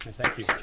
thank you.